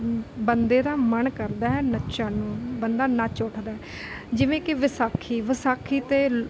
ਬੰਦੇ ਦਾ ਮਨ ਕਰਦਾ ਹੈ ਨੱਚਣ ਨੂੰ ਬੰਦਾ ਨੱਚ ਉਠਦਾ ਜਿਵੇਂ ਕਿ ਵਿਸਾਖੀ ਵਿਸਾਖੀ 'ਤੇ